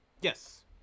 Yes